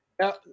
Now